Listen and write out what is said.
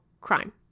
crime